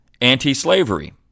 anti-slavery